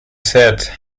set